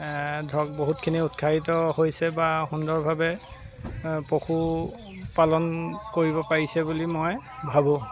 ধৰক বহুতখিনি উৎসাহিত হৈছে বা সুন্দৰভাৱে পশুপালন কৰিব পাৰিছে বুলি মই ভাবো